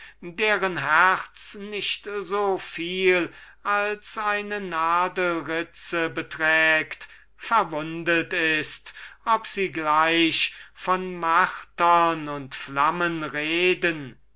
deren herz nicht so viel als mit einer nadelritze verwundet ist ob sie gleich von martern und von flammen reden